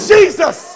Jesus